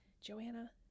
Joanna